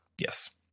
Yes